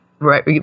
Right